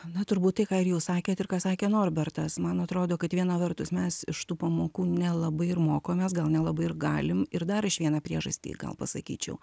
na turbūt tai ką ir jūs sakėt ir ką sakė norbertas man atrodo kad viena vertus mes iš tų pamokų nelabai ir mokomės gal nelabai ir galim ir dar aš vieną priežastį gal pasakyčiau